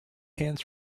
hands